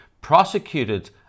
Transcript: prosecuted